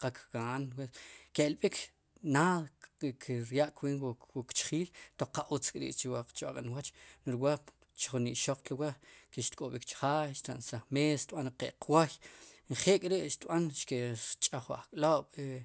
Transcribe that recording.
qak gaan ke'lb'ik naad ni kiryaa kweent wuk chjiil entonces qa utz k'ri'chb'aq'nwooch no wa' jun ixoq tlo wa' xtk'ob'ik chjaay xtra'nsaj meesxtb'an qe'qwooy njeel k'ri' xtb'an xki' rch'aj wu ajk'lob'i.